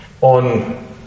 on